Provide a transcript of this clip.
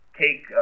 take